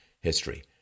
history